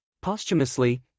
Posthumously